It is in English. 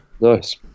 Nice